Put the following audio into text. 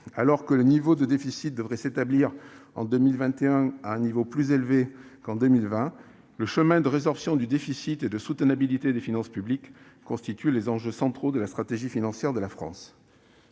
Alors que le niveau de déficit devrait s'établir en 2021 à un niveau plus élevé qu'en 2020, la résorption du déficit et la soutenabilité des finances publiques constituent les enjeux centraux de la stratégie financière de la France.